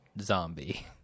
zombie